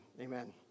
amen